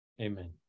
Amen